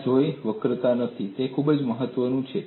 ત્યાં કોઈ વક્રતા નથી તે ખૂબ મહત્વનું છે